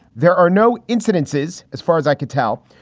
there are no incidences, as far as i could tell,